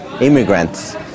immigrants